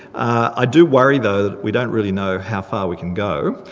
i do worry though, that we don't really know how far we can go.